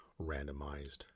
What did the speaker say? randomized